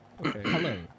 Hello